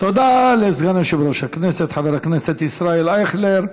תודה לסגן יושב-ראש הכנסת חבר הכנסת ישראל אייכלר.